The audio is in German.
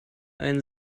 einen